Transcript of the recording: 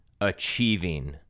achieving